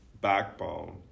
backbone